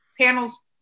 Panels